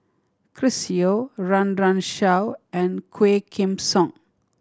Chris Yeo Run Run Shaw and Quah Kim Song